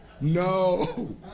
no